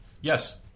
Yes